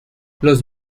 los